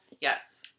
Yes